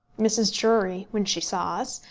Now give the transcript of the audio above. mrs. drury, when she saw us,